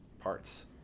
parts